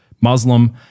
Muslim